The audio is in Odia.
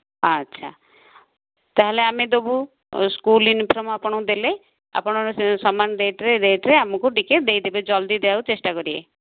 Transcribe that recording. ଆଚ୍ଛା ତାହେଲେ ଆମେ ଦେବୁ ସ୍କୁଲ୍ ୟୁନିଫର୍ମ ଆପଣଙ୍କୁ ଦେଲେ ଆପଣ ସମାନ ରେଟ୍ରେ ରେଟ୍ରେ ଆମକୁ ଟିକେ ଦେଇଦେବେ ଜଲ୍ଦି ଦବାକୁ ଚେଷ୍ଟା କରିବେ